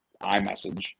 iMessage